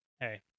hey